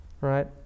right